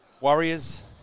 Warriors